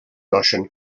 goshen